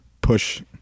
push